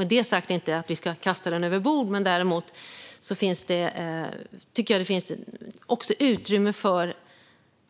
Med det säger jag inte att vi ska kasta avtalet över bord, men däremot tycker jag att det finns utrymme för